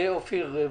אופיר, בבקשה.